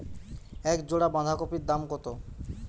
এক জোড়া বাঁধাকপির দাম কত?